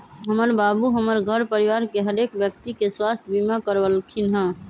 हमर बाबू हमर घर परिवार के हरेक व्यक्ति के स्वास्थ्य बीमा करबलखिन्ह